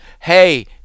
Hey